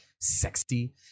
sexy